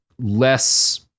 less